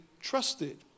trusted